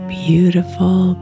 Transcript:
beautiful